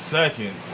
second